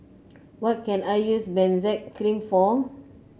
what can I use Benzac Cream for